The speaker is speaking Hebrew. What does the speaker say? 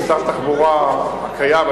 כשר התחבורה הקיים,